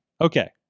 Okay